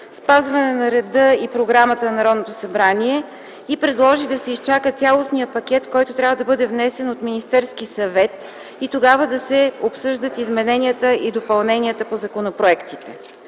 спазване на реда и програмата на Народното събрание и предложи да се изчака цялостният пакет, който трябва да бъде внесен от Министерския съвет и тогава да се обсъждат измененията и допълненията по законопроектите.